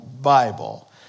Bible